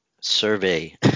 survey